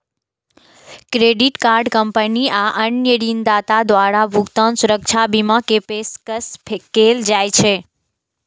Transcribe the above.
credit card company आ अन्य ऋणदाता द्वारा भुगतान सुरक्षा बीमा के पेशकश कैल जाइ छै